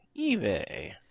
eBay